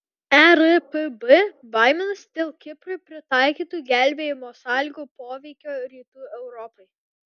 erpb baiminasi dėl kiprui pritaikytų gelbėjimo sąlygų poveikio rytų europai